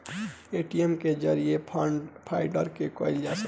ATM के जरिये fund transfer भी कईल जा सकेला